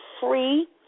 free